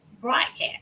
broadcast